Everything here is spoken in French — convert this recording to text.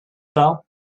pas